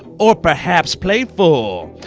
or perhaps playful?